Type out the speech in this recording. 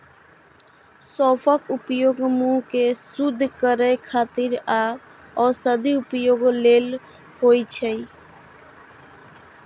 सौंफक उपयोग मुंह कें शुद्ध करै खातिर आ औषधीय उपयोग लेल होइ छै